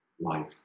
life